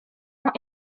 ont